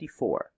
54